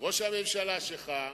ראש הממשלה שלך,